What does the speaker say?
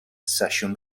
sesiwn